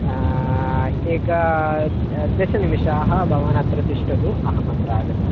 एकं दशनिमिषाः भवान् अत्र तिष्ठतु अहमत्र आगच्छ